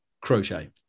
crochet